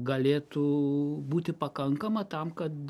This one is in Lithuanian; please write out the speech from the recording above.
galėtų būti pakankama tam kad